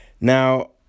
Now